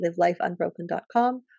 livelifeunbroken.com